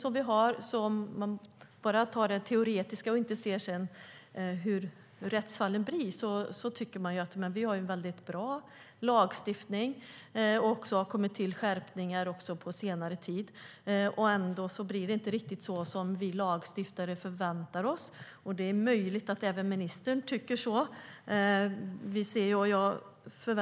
Rent teoretiskt, utan att titta på hur det går för rättsfallen, är lagstiftningen bra. Under senare tid har det också skett skärpningar av lagen. Ändå blir det inte riktigt som vi lagstiftare förväntar oss. Det är möjligt att även ministern tycker så.